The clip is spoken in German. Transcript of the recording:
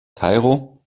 kairo